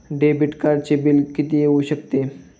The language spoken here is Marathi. डेबिट कार्डचे बिल किती येऊ शकते?